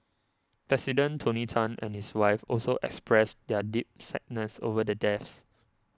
President Tony Tan and his wife also expressed their deep sadness over the deaths